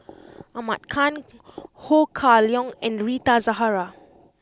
Ahmad Khan Ho Kah Leong and Rita Zahara